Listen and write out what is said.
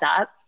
up